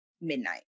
midnight